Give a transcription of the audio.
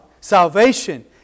Salvation